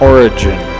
Origin